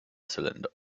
cylinder